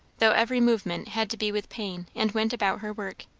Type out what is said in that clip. though every movement had to be with pain, and went about her work.